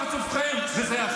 זה פרצופכם, ואלו